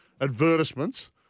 advertisements